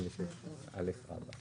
רבא